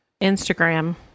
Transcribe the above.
Instagram